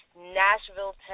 nashville